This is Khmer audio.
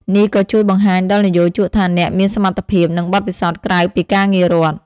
នេះក៏ជួយបង្ហាញដល់និយោជកថាអ្នកមានសមត្ថភាព និងបទពិសោធន៍ក្រៅពីការងាររដ្ឋ។